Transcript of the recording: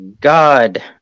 God